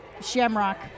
shamrock